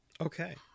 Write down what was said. okay